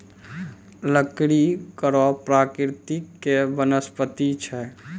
लकड़ी कड़ो प्रकृति के वनस्पति छै